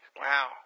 Wow